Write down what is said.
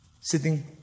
sitting